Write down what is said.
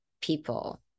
people